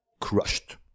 crushed